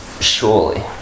surely